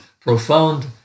profound